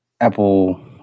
Apple